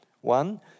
One